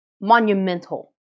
monumental